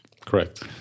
Correct